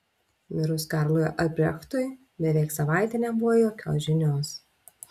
mirus karlui albrechtui beveik savaitę nebuvo jokios žinios